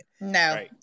No